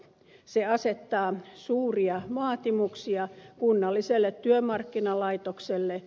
se asettaa suuria vaatimuksia kunnalliselle työmarkkinalaitokselle